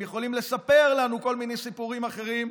הם יכולים לספר לנו כל מיני סיפורים אחרים,